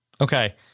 Okay